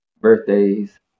birthdays